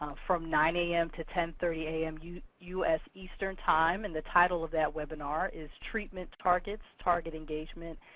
um from nine zero a m. to ten thirty a m, u u s. eastern time. and the title of that webinar is treatment targets, target engagement,